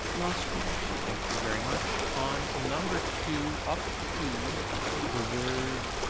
so ah sort of thank you very much. on number two, up to the words